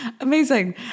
Amazing